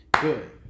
Good